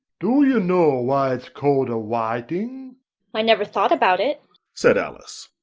do you know why it's called a whiting i never thought about it said alice.